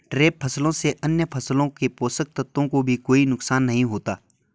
trap फसलों से अन्य फसलों के पोषक तत्वों को भी कोई नुकसान नहीं होता